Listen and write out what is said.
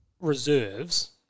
reserves